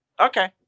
okay